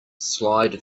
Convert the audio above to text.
slide